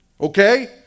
Okay